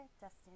Dustin